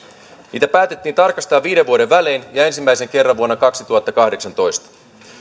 niitä päätettiin tarkastella viiden vuoden välein ja ensimmäisen kerran vuonna kaksituhattakahdeksantoista